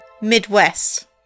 Midwest